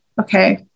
Okay